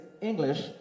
English